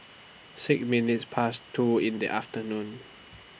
six minutes Past two in The afternoon